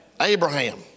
Abraham